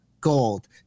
gold